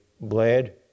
bled